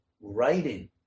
writing